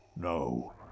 No